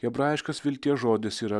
hebrajiškas vilties žodis yra